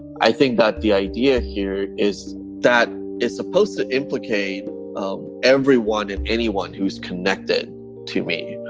i think that the idea here is that is supposed to implicate everyone and anyone who's connected to me.